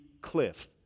cliff